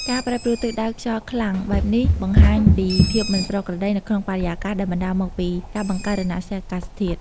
ការប្រែប្រួលទិសដៅខ្យល់ខ្លាំងបែបនេះបង្ហាញពីភាពមិនប្រក្រតីនៅក្នុងបរិយាកាស ដែលបណ្តាលមកពីការបង្កើតរណសិរ្សអាកាសធាតុ ។